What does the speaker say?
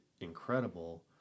incredible